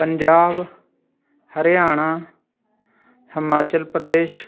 Punjab Haryana Himachal Pradesh